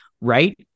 right